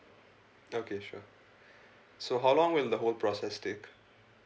okay sure so how long will the whole process take